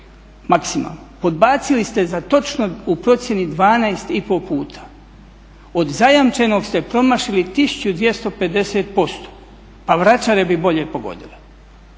maksimalno. Podbacili ste za točno u procjeni 12 i pol puta. Od zajamčenog ste promašili 1250%, a vračare bi bolje pogodile.